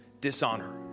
dishonor